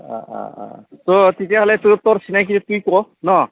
অঁ অঁ অঁ তোৰ তেতিয়াহ'লে তোৰ তোৰ চিনাকিখিনিক তই ক ন